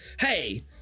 hey